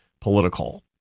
political